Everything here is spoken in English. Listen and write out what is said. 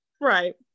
right